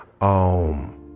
Aum